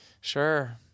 Sure